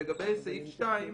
לגבי סעיף 2,